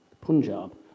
Punjab